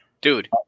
dude